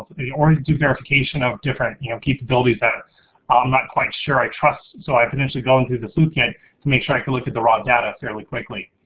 or and do verification of different you know capabilities that ah i'm not quite sure i trust, so i potentially go and do the sleuth kit to make sure i can look at the raw data fairly quickly.